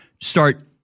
start –